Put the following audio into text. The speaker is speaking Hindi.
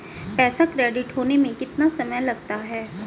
पैसा क्रेडिट होने में कितना समय लगता है?